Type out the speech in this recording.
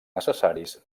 necessaris